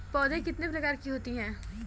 पौध कितने प्रकार की होती हैं?